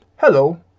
Hello